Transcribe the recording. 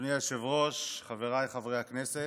אדוני היושב-ראש, חבריי חברי הכנסת,